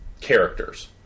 characters